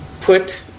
put